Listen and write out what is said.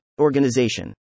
organization